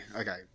okay